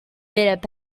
bit